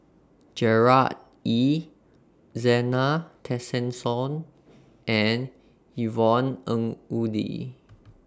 Gerard Ee Zena Tessensohn and Yvonne Ng Uhde